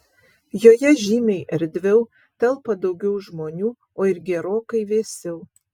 joje žymiai erdviau telpa daugiau žmonių o ir gerokai vėsiau